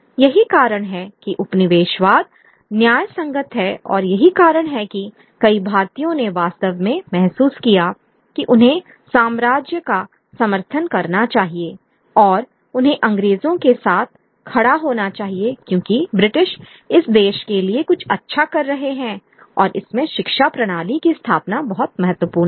यही कारण है कि उपनिवेशवाद न्यायसंगत है और यही कारण है कि कई भारतीयों ने वास्तव में महसूस किया कि उन्हें साम्राज्य का समर्थन करना चाहिए और उन्हें अंग्रेजों के साथ खड़ा होना चाहिए क्योंकि ब्रिटिश इस देश के लिए कुछ अच्छा कर रहे हैं और इसमें शिक्षा प्रणाली की स्थापना बहुत महत्वपूर्ण है